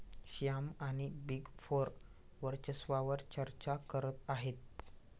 श्याम आणि big four वर्चस्वावार चर्चा करत आहेत